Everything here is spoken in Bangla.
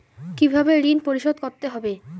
কিভাবে ঋণ পরিশোধ করতে হবে?